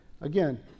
Again